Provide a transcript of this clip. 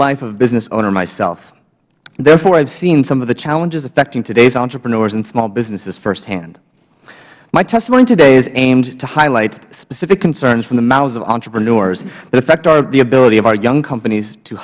life of business owner myself therefore i have seen some of the challenges affecting today's entrepreneurs and small businesses firsthand my testimony today is aimed to highlight specific concerns from the mouths of entrepreneurs that affect the ability of our young companies to